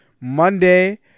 Monday